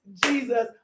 Jesus